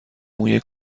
موی